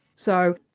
so,